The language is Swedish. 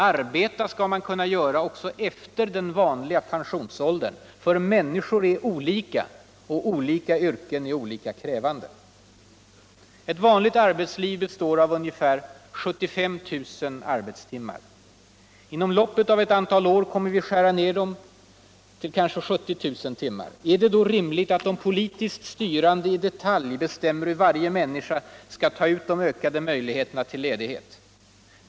Arbeta skall man kunna göra också efter den ”vanliga” pensionsåldern, för människor är olika och olika yrken är olika krävande: Ett vanligt arbetsliv består av ungefär 75 000 arbetstuummar. Inom loppet av ett antal år kommer vi att skära ned dem till kanske 70 000 timmar. Är det då rimligt att de politiskt styrande i detalj bestämmer hur varje människa skall ta ut de ökade möjligheterna till ledighet?